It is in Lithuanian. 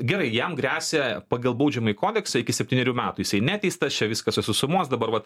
gerai jam gresia pagal baudžiamąjį kodeksą iki septynerių metų jisai neteistas čia viskas susisumuos dabar vat